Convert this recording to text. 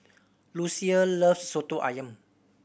Lucia loves Soto Ayam